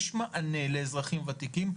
יש מענה לאזרחים ותיקים,